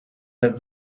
that